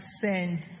send